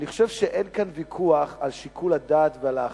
אני חושב שאין כאן ויכוח על שיקול הדעת ועל ההחלטה.